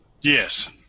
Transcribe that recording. Yes